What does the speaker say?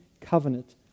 covenant